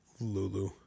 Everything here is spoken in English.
Lulu